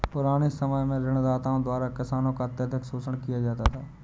पुराने समय में ऋणदाताओं द्वारा किसानों का अत्यधिक शोषण किया जाता था